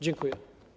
Dziękuję.